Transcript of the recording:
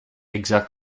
exactly